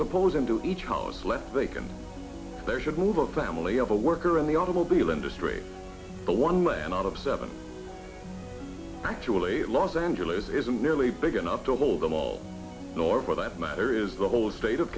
supposin to each house left vacant there should move of the family of a worker in the automobile industry the one man out of seven actually los angeles isn't nearly big enough to hold them all nor for that matter is the whole state of